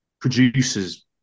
producers